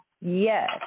Yes